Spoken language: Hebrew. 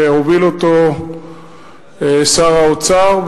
שהוביל אותו שר האוצר,